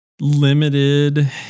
Limited